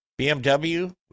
BMW